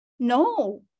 No